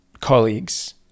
colleagues